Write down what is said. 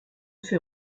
fait